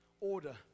order